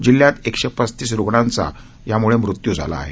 जिल्ह्यात एकशे पस्तीस रुग्णांचा याम्ळे मृत्यू झाला आहे